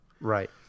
right